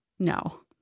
No